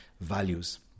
values